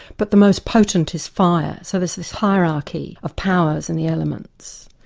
but the most potent is fire, so there's this hierarchy of powers in the elements.